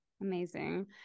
Amazing